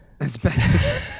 Asbestos